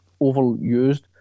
overused